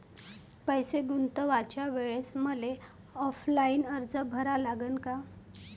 पैसे गुंतवाच्या वेळेसं मले ऑफलाईन अर्ज भरा लागन का?